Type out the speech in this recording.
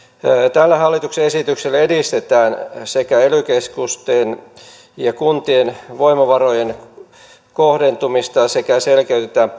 tällä hallituksen esityksellä edistetään ely keskusten ja kuntien voimavarojen kohdentumista sekä selkeytetään